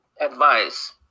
advice